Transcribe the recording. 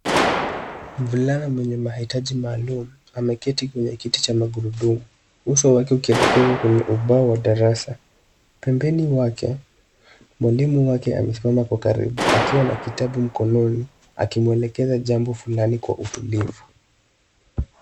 Mvulana mwenye mahitaji maalum, ameketi kwenye kiti cha magurudumu. Uso wake ukielekezwa kwenye ubao wa darasa. Pembeni mwake, mwalimu wake amesimama kwa karibu akiwa na kitabu mkononi, akimwelekeza jambo kwa utulivu.